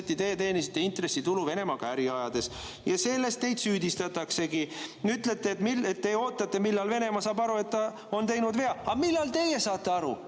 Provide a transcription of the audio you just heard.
teenisite teie intressitulu Venemaaga äri ajades. Ja selles teid süüdistataksegi. Te ütlete, et te ootate, millal Venemaa saab aru, et ta on teinud vea. Aga millal teie saate aru,